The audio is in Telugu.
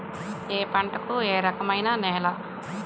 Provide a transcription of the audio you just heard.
ఏ పంటకు ఏ రకమైన నేల?